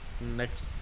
Next